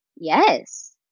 yes